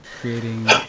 creating